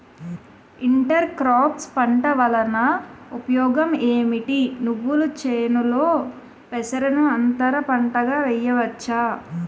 Inter crops పంట వలన ఉపయోగం ఏమిటి? నువ్వుల చేనులో పెసరను అంతర పంటగా వేయవచ్చా?